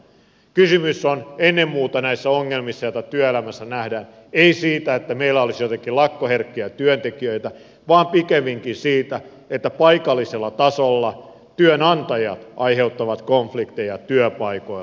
kysymys on ennen muuta näistä ongelmista joita työelämässä nähdään ei siitä että meillä olisi jotenkin lakkoherkkiä työntekijöitä vaan pikemminkin siitä että paikallisella tasolla työnantajat aiheuttavat konflikteja työpaikoilla